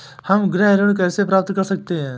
हम गृह ऋण कैसे प्राप्त कर सकते हैं?